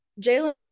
Jalen